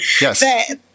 yes